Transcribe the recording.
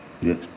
Yes